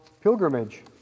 pilgrimage